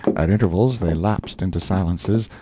at intervals they lapsed into silences,